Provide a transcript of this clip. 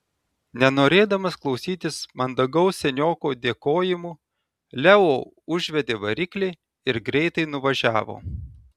nenorėdamas klausytis mandagaus senioko dėkojimų leo užvedė variklį ir greitai nuvažiavo